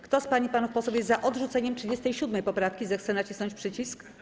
Kto z pań i panów posłów jest za odrzuceniem 37. poprawki, zechce nacisnąć przycisk.